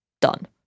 Done